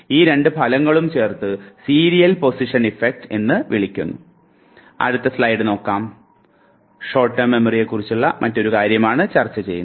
ഈ രണ്ട് ഫലങ്ങളെയും ചേർത്ത് സീരിയൽ പൊസിഷൻ ഇഫക്റ്റ് എന്ന് വിളിക്കുന്നു